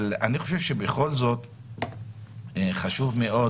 אני חושב שבכל זאת חשוב מאוד